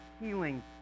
healing